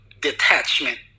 detachment